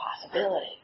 possibility